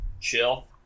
chill